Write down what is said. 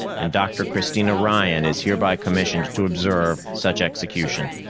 and dr. christina ryan is hereby commissioned to observe such execution.